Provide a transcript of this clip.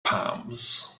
palms